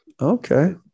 Okay